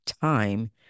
time